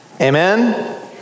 Amen